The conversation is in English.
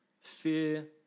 Fear